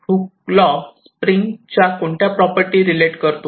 hook law स्प्रिंगच्या कोणत्या property relate करतो